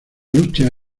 lucha